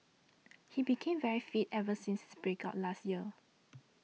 he became very fit ever since his break up last year